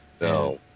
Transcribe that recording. No